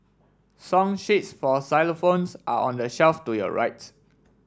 song sheets for xylophones are on the shelf to your rights